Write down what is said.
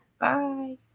bye